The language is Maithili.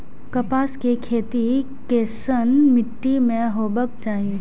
कपास के खेती केसन मीट्टी में हेबाक चाही?